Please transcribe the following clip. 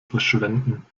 verschwenden